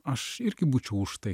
aš irgi būčiau už tai